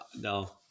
no